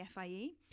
FIE